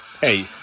Hey